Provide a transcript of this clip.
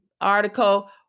article